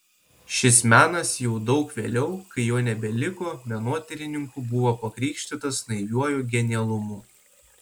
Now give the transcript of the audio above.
šis menas jau daug vėliau kai jo nebeliko menotyrininkų buvo pakrikštytas naiviuoju genialumu